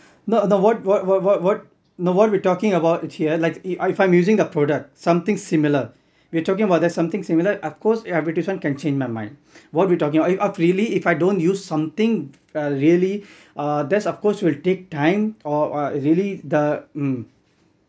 no the what what what what what the what we're talking about here like if I if I'm using a product something similar we're talking about there's something similar of course advertisement can change my mind what we're talking about of really if I don't use something uh really uh that's of course will take time or uh really the um